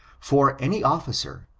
for any officer,